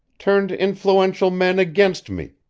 turned influential men against me,